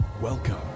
Welcome